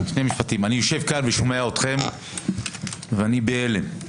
אני יושב כאן ושומע אתכם ואני בהלם.